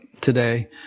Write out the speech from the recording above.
today